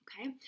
okay